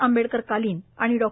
आंबेडकर कालिन आणि डॉ